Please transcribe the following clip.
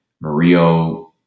Mario